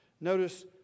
Notice